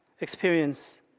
experience